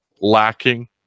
lacking